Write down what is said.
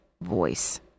voice